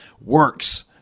Works